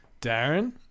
Darren